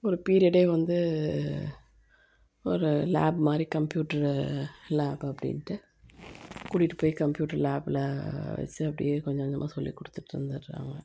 ஒரு பீரியடே வந்து ஒரு லாப் கம்பியூட்ரு லாபு அப்படின்ட்டு கூட்டிகிட்டு போய் கம்பியூட்ரு லாபில் வச்சு அப்படியே கொஞ்சம் கொஞ்சமாக சொல்லிக் கொடுத்துட்டு இருந்துடுறாங்க